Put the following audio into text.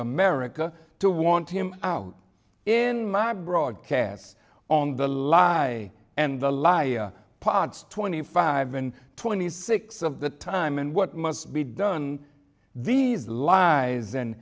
america to want him out in my broadcasts on the lie and the liar plots twenty five and twenty six of the time and what must be done these lies and